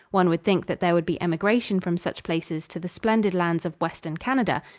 one would think that there would be emigration from such places to the splendid lands of western canada,